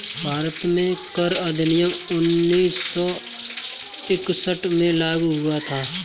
भारत में कर अधिनियम उन्नीस सौ इकसठ में लागू हुआ था